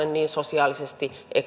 niin sosiaalisesti